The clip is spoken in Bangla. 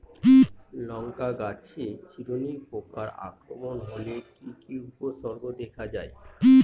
লঙ্কা গাছের চিরুনি পোকার আক্রমণ হলে কি কি উপসর্গ দেখা যায়?